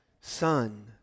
Son